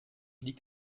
liegt